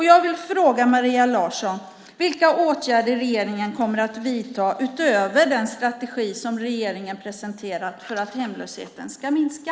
Jag vill fråga Maria Larsson vilka åtgärder regeringen kommer att vidta utöver den strategi som regeringen presenterat för att hemlösheten ska minska.